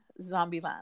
Zombieland